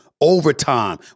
Overtime